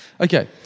Okay